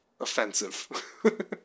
offensive